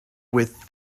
with